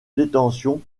détention